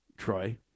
troy